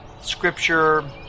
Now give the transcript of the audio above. Scripture